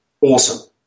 Awesome